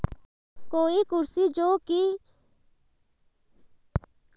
कोई कुर्सी जो किसी के बैठने के लिए बनाई गयी है उसकी ट्रेडिंग कमोडिटी ट्रेडिंग है